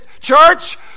church